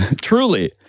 Truly